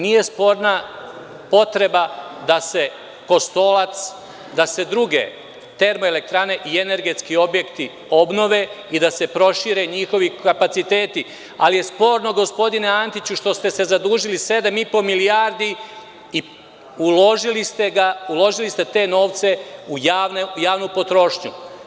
Nije sporna potreba da se „Kostolac“ i da se druge termoelektrane i energetski objekti obnove i da se prošire njihovi kapaciteti, ali je sporno, gospodine Antiću, što ste se zadužili 7,5 milijardi i uložili ste te novce u javnu potrošnju.